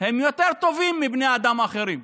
הם יותר טובים מבני אדם אחרים.